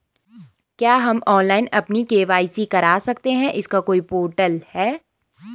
क्या हम ऑनलाइन अपनी के.वाई.सी करा सकते हैं इसका कोई पोर्टल है?